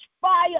fire